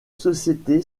société